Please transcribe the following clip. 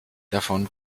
davon